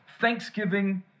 thanksgiving